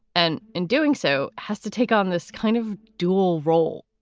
and in doing so, has to take on this kind of dual role,